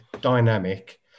dynamic